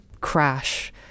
crash